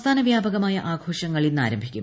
സംസ്ഥാന വ്യാപകമായ ആഘോഷങ്ങൾ ഇന്ന് ആരംഭിക്കും